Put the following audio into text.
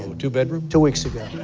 two bedroom. two weeks ago.